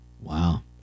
Wow